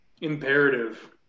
imperative